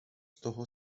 toho